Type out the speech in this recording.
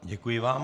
Děkuji vám.